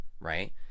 right